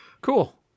Cool